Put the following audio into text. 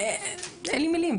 אין לי מילים,